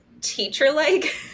teacher-like